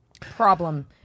problem